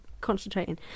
concentrating